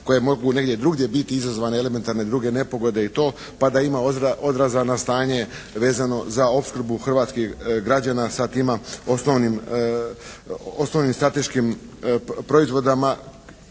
koje mogu negdje drugdje biti izazvane elementarne i druge nepogode i to pa da ima odraza na stanje vezano za opskrbu hrvatskih građana sa tima osnovnim strateškim proizvodima